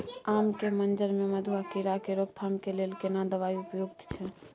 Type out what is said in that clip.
आम के मंजर में मधुआ कीरा के रोकथाम के लेल केना दवाई उपयुक्त छै?